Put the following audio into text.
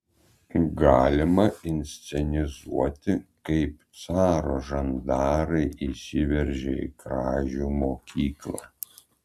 galima inscenizuoti kaip caro žandarai įsiveržia į kražių mokyklą